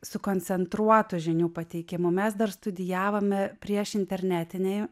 sukoncentruotu žinių pateikimu mes dar studijavome priešinternetinėj